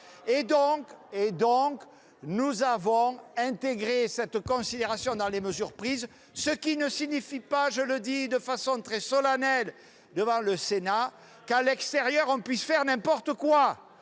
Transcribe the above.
conséquent, nous avons intégré cette considération dans les mesures prises, ce qui ne signifie pas, je le dis de façon très solennelle devant le Sénat, qu'à l'extérieur on puisse faire n'importe quoi